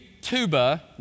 Tuba